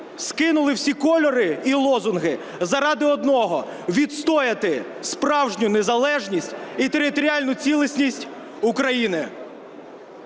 скинули всі кольори і лозунги заради одного: відстояти справжню незалежність і територіальну цілісність України.